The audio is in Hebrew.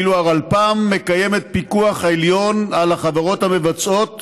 ואילו הרלפ"מ מקיימת פיקוח עליון על החברות המבצעות